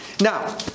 Now